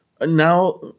Now